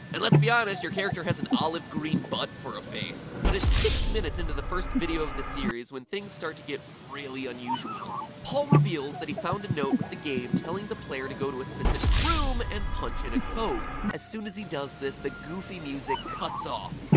and let's be honest your character has an olive-green butt for a face. but its six minutes into the first video of the series when things start to get really unusual. paul reveals that he found a note with the game telling the player to go to a specific room and punch in a code. as soon as he does this the goofy music cuts off.